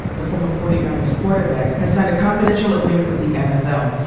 the former forty nine ers quarterback has signed a confidential agreement with the nfl.